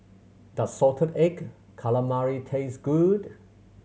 does salted egg calamari taste good